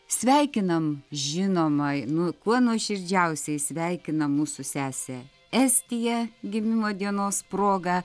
sveikinam žinoma kuo nuoširdžiausiai sveikinam mūsų sesę estiją gimimo dienos proga